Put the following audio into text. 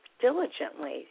diligently